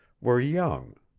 were young.